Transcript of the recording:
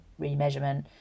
remeasurement